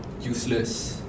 useless